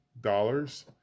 dollars